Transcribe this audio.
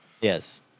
Yes